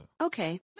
Okay